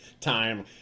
time